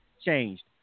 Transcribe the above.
changed